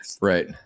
right